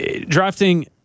Drafting